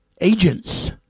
agents